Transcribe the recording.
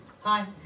Hi